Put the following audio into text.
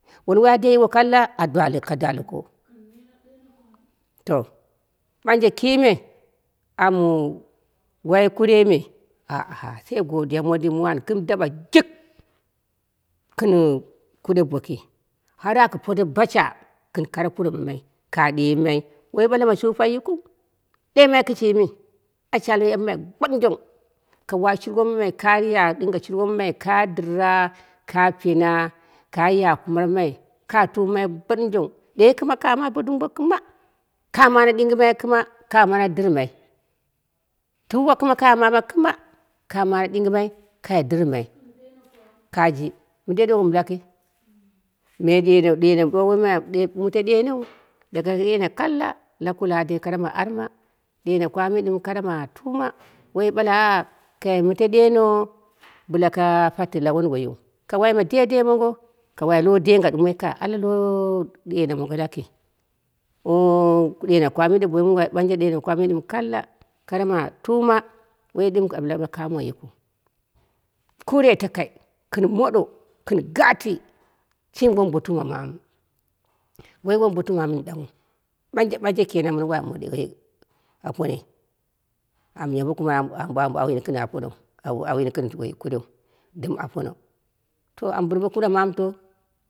Wunduwoi a deyiwo kalla adwale ka dwa loko, to ɓanje kime amu wai kurei me aa ha shei godiya mondin muu an gɨm daɓa jik gɨnm kure boki, har aku pode basha gɨn kare kure mamai ka ɗemai woi ɓala ma shupa yikɨu, ɗemai kɨshimi yambɨmai goɗɨnjong. Ka wa shurwo mamai kaya ɗinga shurwo mamai ka ɗira ka pina ka ya kumar mamai ka tumai godɨnjong ɗe ɗɨm kɨma ka ma bo dumbo kɨma, ka mane dingɨmai kɨma ka mane dɨrmai, tuwa kɨma ka mana kɨma ka wane dingɨmai kai jɨrmai, kaji mɨndei ɗou wom laki me ɗeno ɗeno mɨ duwa woi mɨte denou daga deno kalla lakula kara ma arma, deno kwamii ma kara ma tuma, woi ɓale aa kai mɨte ɗeno bɨla ka pate la wunduwoiyim ka wai ma deidei mongo, ka wai lo dengha ɗumoi kai alle lo ɗeno mongo laki oh ɗenokwami ɗɨm bo woi ɗenokwami ɗɨm kalla koro ma tuma woi dɨm am lab kamo yikɨu. Kurei takai gɨn modo gɨn gati shimi, wombotuma mamu, woi wombotuma mamu nini danghu, ɓanje ɓanje kenan mɨn wa woi aponoi am yambe kumat ambo ambo au yini gɨn aponou au yini gɨn kureu to am bɨn bo kure mamu to.